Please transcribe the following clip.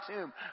tomb